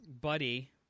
buddy